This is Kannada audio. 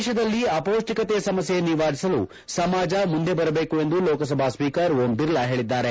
ದೇಶದಲ್ಲಿ ಅಪೌಷ್ಠಿಕತೆ ಸಮಸ್ಯೆ ನಿವಾರಿಸಲು ಸಮಾಜ ಮುಂದೆ ಬರಬೇಕು ಎಂದು ಲೋಕಸಭಾ ಸ್ಸೀಕರ್ ಓಂ ಬಿರ್ಲಾ ಹೇಳಿದ್ದಾರೆ